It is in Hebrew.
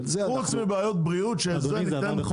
חוץ מבעיות בריאות שעל זה ניתן את